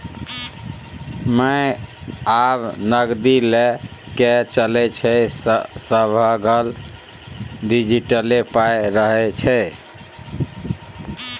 गै आब नगदी लए कए के चलै छै सभलग डिजिटले पाइ रहय छै